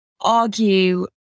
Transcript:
argue